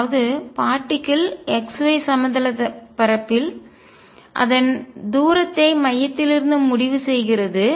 அதாவது பார்ட்டிக்கல் துகள் x y சமதள பரப்பில் தட்டையான பரப்பு அதன் தூரத்தை மையத்திலிருந்து முடிவு செய்கிறது